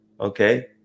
Okay